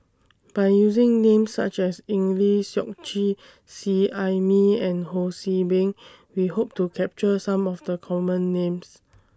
By using Names such as Eng Lee Seok Chee Seet Ai Mee and Ho See Beng We Hope to capture Some of The Common Names